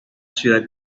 ciudad